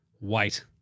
wait